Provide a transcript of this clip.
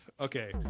Okay